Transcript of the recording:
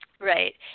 Right